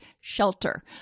shelter